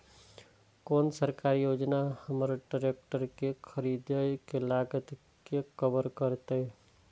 कोन सरकारी योजना हमर ट्रेकटर के खरीदय के लागत के कवर करतय?